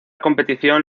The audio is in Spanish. competición